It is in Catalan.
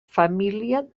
família